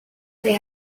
they